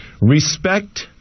Respect